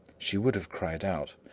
she would have cried out,